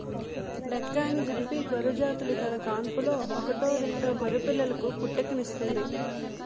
డెక్కాని, జుడిపి గొర్రెజాతులు తన కాన్పులో ఒకటో రెండో గొర్రెపిల్లలకు పుట్టుకనిస్తుంది